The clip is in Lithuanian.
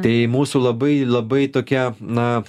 tai mūsų labai labai tokia na